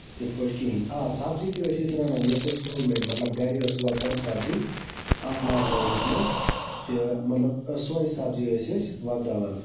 تِتھۍ پٲٹھۍ کِہیٖنۍ آ سَبزی تہِ ٲسۍ أسۍ رَنان یہِ ٲسۍ اَسہِ ہوم میڈ مطلب گرِ ٲسۍ وۄپدان سَبزی اَتھ لاکڈونَس منٛز تہٕ مطلب سۄ سَبزی ٲسۍ أسۍ وۄپداوان